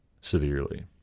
severely